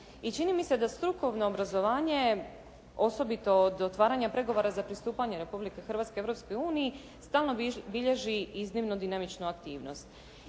I čini mi se da strukovno obrazovanje osobito od otvaranja pregovora za pristupanje Republike Hrvatske Europskoj uniji stalno bilježi iznimno dinamičnu aktivnost.